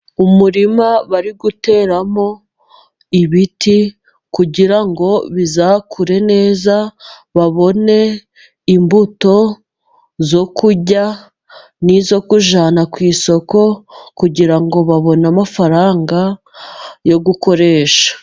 Umurima bari guteramo ibiti kugira ngo bizakure neza, babone imbuto zo kurya n'izo kujyana ku isoko, kugira ngo babone amafaranga yo gukoresha.